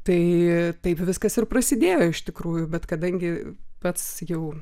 tai taip viskas ir prasidėjo iš tikrųjų bet kadangi pats jau